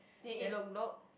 then eat lok-lok